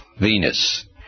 Venus